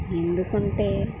ఎందుకంటే